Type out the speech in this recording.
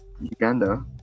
Uganda